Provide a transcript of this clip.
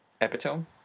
Epitome